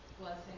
blessing